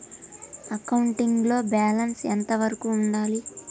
Accounting లో balance ఎంత వరకు ఉండాలి?